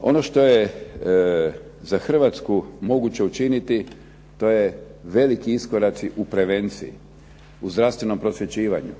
Ono što je za Hrvatsku moguće učiniti to je veliki iskoraci u prevenciji. U zdravstvenom prosvjećivanju,